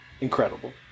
Incredible